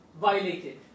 violated